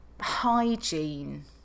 hygiene